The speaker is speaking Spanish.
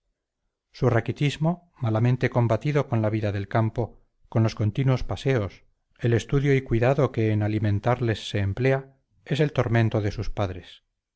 su raquitismo malamente combatido con la vida del campo con los continuos paseos el estudio y cuidado que en alimentarles se emplea es el tormento de sus padres